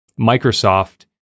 Microsoft